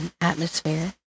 atmosphere